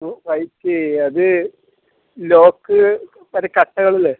വഴിക്ക് അത് ലോക്ക് മറ്റെ കട്ടകളില്ലേ